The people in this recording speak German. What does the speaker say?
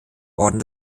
orden